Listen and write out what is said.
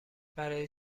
برای